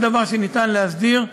כל דבר שניתן להסדיר,